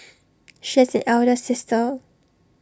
she has an elder sister